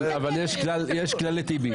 אבל יש כלל טיבי.